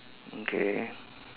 okay